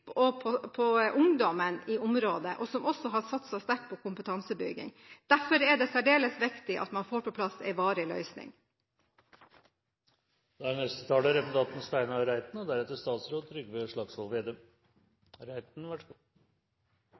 sterkt på videreutvikling og på ungdommen i området, og som også har satset sterkt på kompetansebygging. Derfor er det særdeles viktig at man får på plass en varig løsning. Reindriftspolitikk er en avveining mellom tre områder: dyrehelse, næringsgrunnlag og